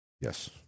Yes